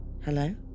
hello